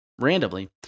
Randomly